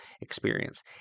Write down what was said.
experience